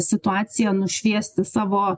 situaciją nušviesti savo